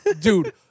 Dude